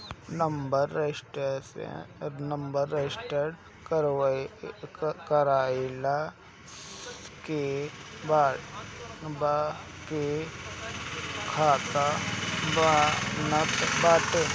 number register कईला के बाके खाता बनत बाटे